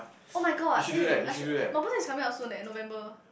oh-my-god eh I should nobody is coming up soon eh November